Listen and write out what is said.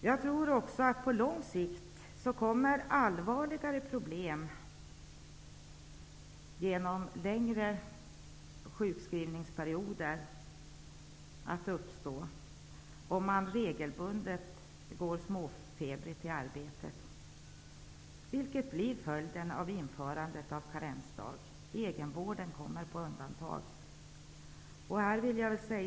Jag tror också att på lång sikt kommer allvarligare problem i form av längre sjukskrivningsperioder att uppstå om man regelbundet går småfebrig till arbetet. Det blir följden av införandet av karensdagar. Egenvården kommer på undantag.